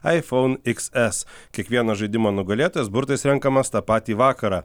aifon iks es kiekvieno žaidimo nugalėtojas burtais renkamas tą patį vakarą